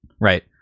right